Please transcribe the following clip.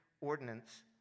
ordinance